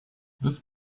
this